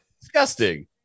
disgusting